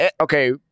okay